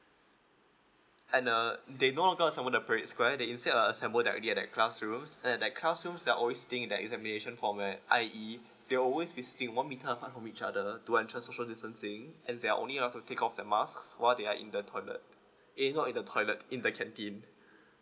and uh they know how come to summon the spread they insiist a sample that at the classrooms and like classroom they are always staying in the examination format I E they will always be sitting oone meter a part from each other to ensure social distancing and they are only allowed to take off their mask while they are in the toilet eh not in the toilet in the canteen